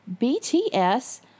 BTS